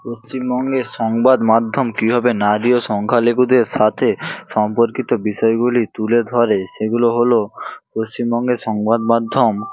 পশ্চিমবঙ্গের সংবাদমাধ্যম কীভাবে নারী ও সংখ্যা লঘুদের সাথে সম্পর্কিত বিষয়গুলি তুলে ধরে সেগুলো হলো পশ্চিমবঙ্গের সংবাদমাধ্যম